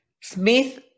Smith